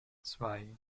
zwei